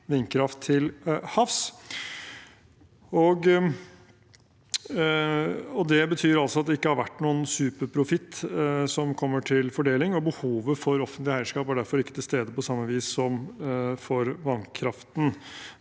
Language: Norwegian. vindkraft til havs. Det betyr altså at det ikke har vært noen superprofitt som kommer til fordeling, og behovet for offentlig eierskap er derfor ikke til stede på samme vis som for vannkraften.